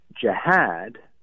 jihad